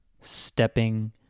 stepping